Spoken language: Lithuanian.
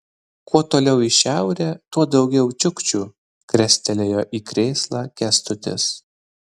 kuo toliau į šiaurę tuo daugiau čiukčių krestelėjo į krėslą kęstutis